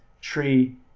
tree